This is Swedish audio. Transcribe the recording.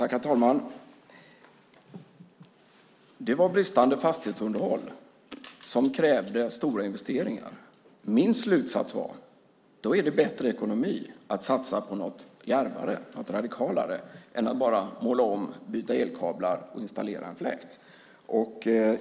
Herr talman! Det var bristande fastighetsunderhåll som krävde stora investeringar. Min slutsats var att det då är bättre ekonomi att satsa på något djärvare och radikalare än att bara måla om, byta elkablar och installera en fläkt.